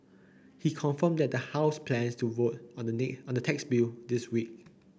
he confirmed that the House plans to vote on the on the tax bill this week